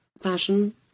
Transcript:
fashion